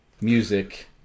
Music